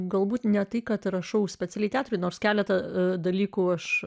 galbūt ne tai kad rašau specialiai teatrui nors keletą dalykų aš